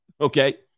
Okay